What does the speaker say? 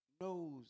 knows